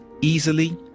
easily